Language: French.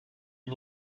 une